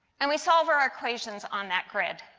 and we solve our equations on that grid.